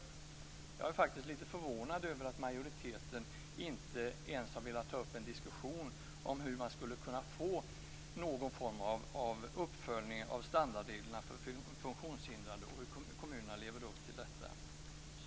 Jag är faktiskt lite förvånad över att majoriteten inte ens har velat ta upp en diskussion om hur man skulle kunna få någon form av uppföljning av standardreglerna för funktionshindrade och hur kommunerna lever upp till detta.